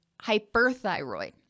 hyperthyroid